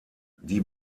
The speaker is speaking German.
die